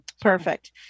Perfect